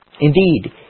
Indeed